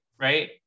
right